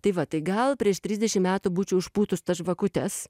tai va tai gal prieš trisdešim metų būčiau užpūtus žvakutes